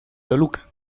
toluca